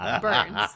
Burns